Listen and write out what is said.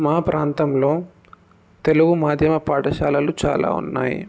మా ప్రాంతంలో తెలుగు మాధ్యమ పాఠశాలలు చాలా ఉన్నాయి